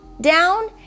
down